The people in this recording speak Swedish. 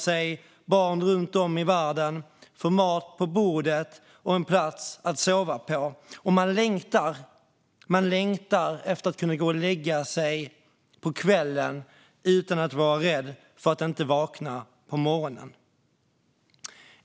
Men runt om i världen oroar sig barn för mat på bordet och en plats att sova på, och de längtar efter att kunna gå och lägga sig på kvällen utan att behöva vara rädda för att inte vakna på morgonen.